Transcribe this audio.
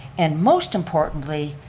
and most importantly,